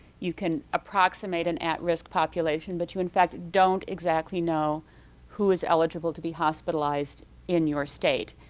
you can approximate an at-risk population but you in fact don't exactly know who is eligible to be hospitalized in your state.